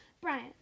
Brian